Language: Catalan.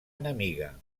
enemiga